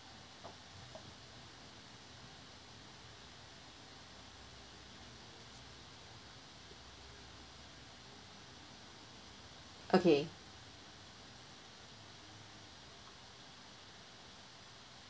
okay